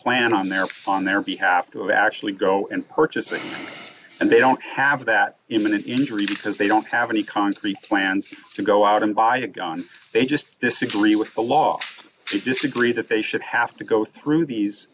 plan on their fund their behalf to actually go and purchase things and they don't have that imminent injury because they don't have any concrete plans to go out and buy a gun they just disagree with the law we disagree that they should have to go through these